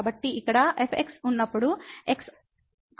కాబట్టి ఇక్కడ fx ఉన్నప్పుడు x y ≠ 00